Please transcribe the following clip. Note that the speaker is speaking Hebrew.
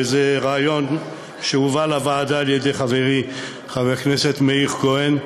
וזה רעיון שהובא לוועדה על-ידי חברי חבר הכנסת מאיר כהן.